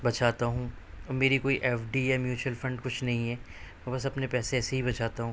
بچاتا ہوں میری کوئی ایف ڈی یا میوچول فنڈ کچھ نہیں ہے بس اپنے پیسے ایسے ہی بچاتا ہوں